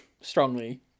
strongly